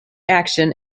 action